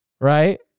right